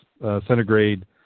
centigrade